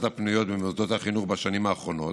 הפנויות במוסדות החינוך בשנים האחרונות,